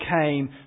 came